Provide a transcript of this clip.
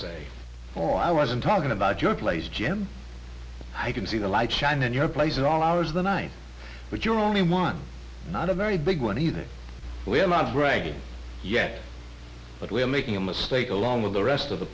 say or i wasn't talking about your place jim i can see the light shine in your place at all hours of the night but your only one not a very big one either we're not bragging yet but we're making a mistake along with the rest of the